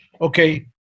Okay